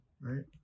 right